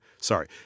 sorry